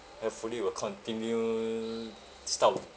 hopefully we'll continue this type of